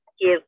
give